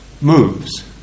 moves